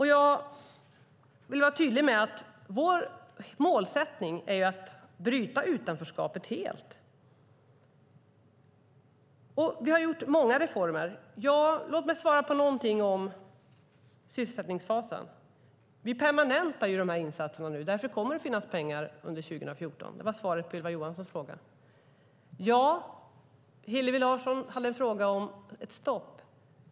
Jag vill vara tydlig med att vår målsättning är att bryta utanförskapet helt. Vi har gjort många reformer. Låt mig svara på någonting om sysselsättningsfasen. Vi permanentar dessa insatser nu. Därför kommer det att finnas pengar under 2014. Det var svaret på Ylva Johanssons fråga. Hillevi Larsson hade en fråga om ett stopp.